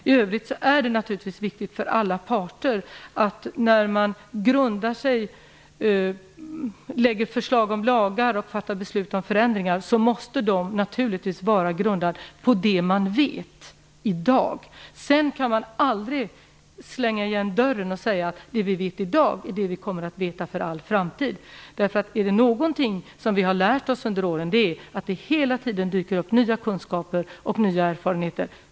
I övrigt är det naturligtvis viktigt för alla parter när man lägger fram förslag om lagar och fattar beslut om förändringar att de måste vara grundade på det man vet i dag. Men man kan aldrig slänga igen dörren och säga att det vi vet i dag är det vi kommer att veta för all framtid. Är det någonting som vi har lärt oss under åren är det att det hela tiden dyker upp nya kunskaper och nya erfarenheter.